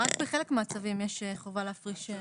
בחלק מהצווים יש חובה להפריש.